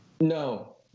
no